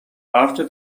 after